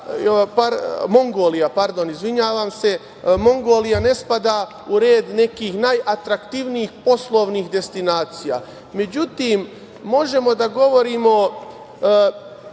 Moldavija, pardon, izvinjavam se, Mongolija ne spada u red nekih najatraktivnijih poslovnih destinacija, međutim možemo da govorimo